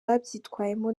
babyitwayemo